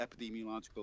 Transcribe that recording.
epidemiological